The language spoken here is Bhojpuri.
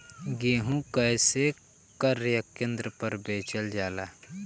गेहू कैसे क्रय केन्द्र पर बेचल जाला?